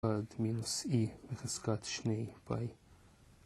מינוס אי, בחזקת שני פי